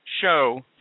show